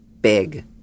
big